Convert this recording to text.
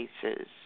cases